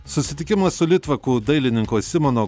susitikimas su litvakų dailininko simono